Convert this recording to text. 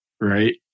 right